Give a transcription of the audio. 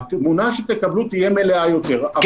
התמונה שתקבלו תהיה מלאה יותר.